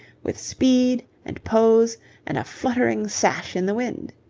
with speed and pose and a fluttering sash in the wind.